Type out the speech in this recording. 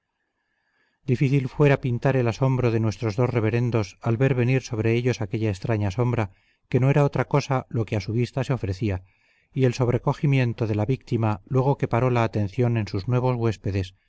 fuera pintar el asombro de nuestros dos reverendos al ver venir sobre ellos aquella extraña sombra que no era otra cosa lo que a su vista se ofrecía y el sobrecogimiento de la víctima luego que paró la atención en sus nuevos huéspedes